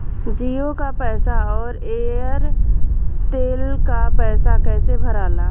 जीओ का पैसा और एयर तेलका पैसा कैसे भराला?